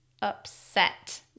upset